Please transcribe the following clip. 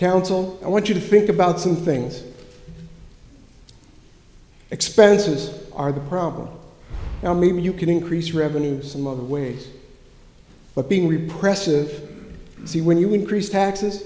council i want you to think about some things expenses are the problem now maybe you can increase revenue some of ways but being repressive see when you increase taxes